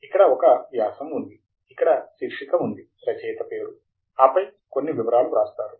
ఇక్కడ ఒక వ్యాసం ఉంది ఇక్కడ శీర్షిక ఉంది రచయిత పేరు ఆపై కొన్ని వివరాలు వ్రాస్తారు